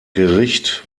gericht